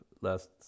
last